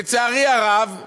לצערי הרב ה"חמאס"